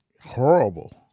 horrible